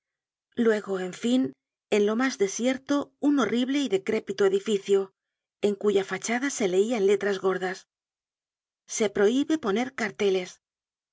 luego en fin en lo mas desierto un horrible y decrépito edificio en cuya fachada se leia en letras gordas se prohibe poner carteles